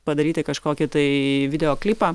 padaryti kažkokį tai videoklipą